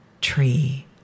tree